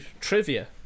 trivia